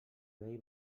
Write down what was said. vell